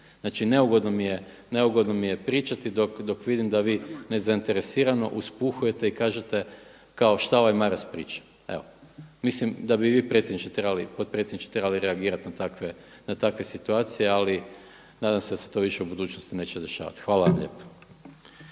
Znači neugodno mi je pričati dok vidim da vi nezainteresirano uspuhujete i kažete kao šta ovaj Maras priča. Evo. Mislim da bi vi predsjedniče trebali, potpredsjedniče trebali reagirati na takve situacije. Ali nadam se da se to više u budućnosti neće dešavati. Hvala vam lijepo.